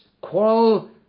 quarrel